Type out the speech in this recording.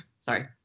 Sorry